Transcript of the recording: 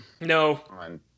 No